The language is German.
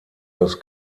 das